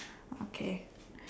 okay